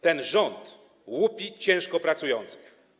Ten rząd łupi ciężko pracujących.